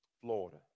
Florida